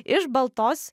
iš baltos